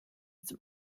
zum